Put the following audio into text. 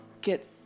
get